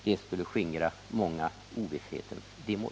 Det skulle skingra många ovisshetens dimmor.